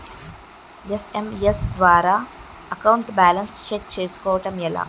SMS ద్వారా account balance check చేసుకోవటం ఎలా?